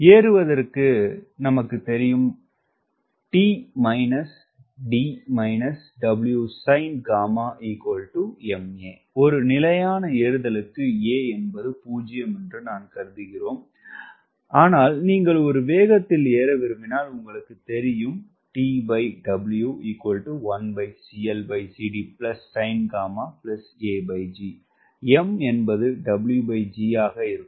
ஏறுவதற்கு எங்களுக்கு இது தெரியும் ஒரு நிலையான ஏறுதலுக்கு a0 என்று நாம் கருதுகிறோம் ஆனால் நீங்கள் ஒரு வேகத்தில் ஏற விரும்பினால் உங்களுக்குத் தெரியும் m என்பது Wg ஆக இருக்கும்